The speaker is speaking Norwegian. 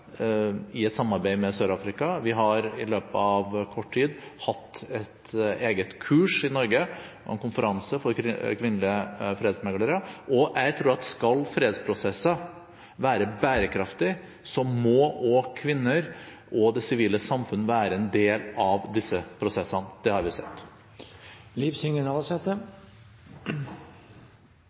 i et samarbeid med Sør-Afrika. Vi har i løpet av kort tid hatt et eget kurs i Norge og en konferanse for kvinnelige fredsmeklere, og jeg tror at skal fredsprosesser være bærekraftig, må også kvinner og det sivile samfunn være en del av disse prosessene. Det har vi sett.